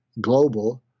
global